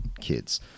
kids